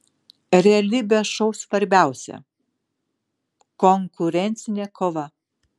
realybės šou svarbiausia konkurencinė kova